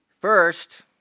First